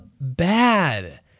bad